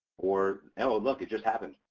or, look, it just happened.